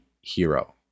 hero